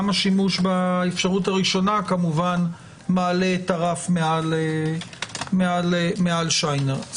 גם השימוש באפשרות הראשונה מעלה את הרף מעל שיינר.